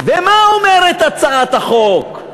ומה אומרת הצעת החוק?